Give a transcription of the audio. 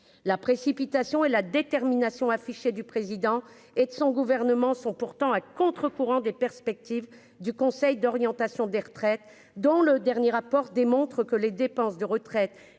la précipitation et la détermination affichée du président et de son gouvernement sont pourtant à contre-courant des perspectives du conseil d'orientation des retraites dont le dernier rapport démontre que les dépenses de retraite